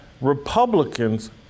Republicans